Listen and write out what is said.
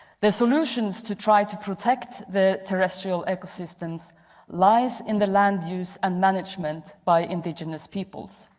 the solutions to try to protect the terrestrial ecosystems lies in the land use and management by indigenous peoples.